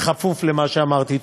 בכפוף למה שאמרתי.